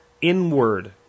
inward